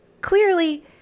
clearly